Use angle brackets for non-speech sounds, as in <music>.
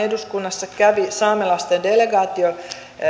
<unintelligible> eduskunnassa kävi saamelaisten delegaatio